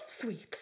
sweets